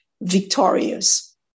victorious